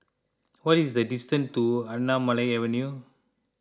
what is the distance to Anamalai Avenue